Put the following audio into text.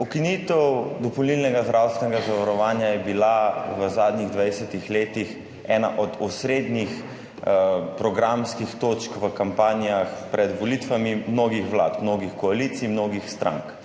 Ukinitev dopolnilnega zdravstvenega zavarovanja je bila v zadnjih 20 letih ena od osrednjih programskih točk v kampanjah pred volitvami mnogo vlad, mnogo koalicij, mnogo strank.